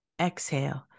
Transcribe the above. Exhale